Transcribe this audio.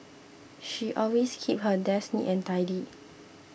she always keeps her desk neat and tidy